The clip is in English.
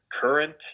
current